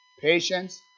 patience